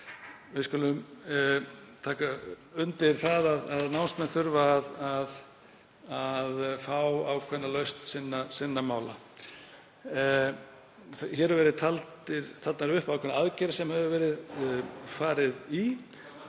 Við skulum taka undir það að námsmenn þurfa að fá ákveðna lausn sinna mála. Hér hafa verið taldar upp ákveðnar aðgerðir sem hefur verið farið í.